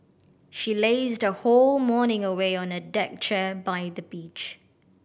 she lazed her whole morning away on a deck chair by the beach